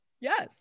Yes